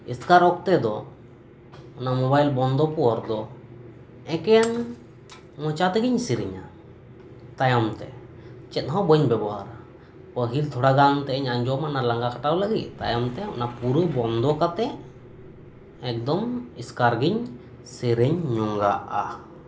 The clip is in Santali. ᱮᱥᱠᱟᱨ ᱚᱠᱛᱚ ᱫᱚ ᱚᱱᱟ ᱢᱳᱵᱟᱭᱤᱞ ᱵᱚᱱᱫᱚ ᱛᱟᱭᱚᱢ ᱫᱚ ᱮᱠᱮᱱ ᱢᱚᱪᱟ ᱛᱮᱜᱤᱧ ᱥᱮᱨᱮᱧᱟ ᱛᱟᱭᱚᱢ ᱛᱮ ᱪᱮᱫ ᱦᱚᱸ ᱵᱟᱹᱧ ᱵᱮᱵᱚᱦᱟᱨᱟ ᱯᱟᱹᱦᱤᱞ ᱠᱟᱹᱴᱤᱡ ᱜᱟᱱᱤᱧ ᱟᱸᱡᱚᱢᱟ ᱚᱱᱟ ᱞᱟᱸᱜᱟ ᱠᱟᱴᱟᱣ ᱞᱟᱹᱜᱤᱫ ᱛᱟᱭᱚᱢ ᱛᱮ ᱚᱱᱟ ᱯᱩᱨᱟᱹ ᱵᱚᱱᱫᱚ ᱠᱟᱛᱮ ᱮᱠᱫᱚᱢ ᱮᱥᱠᱟᱨ ᱜᱤᱧ ᱥᱮᱨᱮᱧ ᱞᱟᱸᱜᱟᱜᱼᱟ